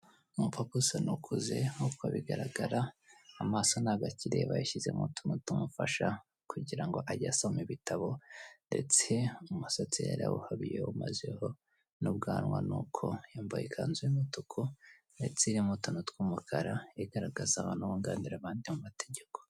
Umupapa usa n'uw'ukuze nk'uko bigaragara, amaso ntago akire bayashyizemo utwuma tumufasha kugirango ngo ajye asoma ibitabo ndetse umusatsi yarawuhabiye umazeho n'ubwanwa, n'uko, yambaye ikanzu y'umutuku ndetse iriho utuntu tw'umukara igaragaza abantu bunganira abandi mu mategeko.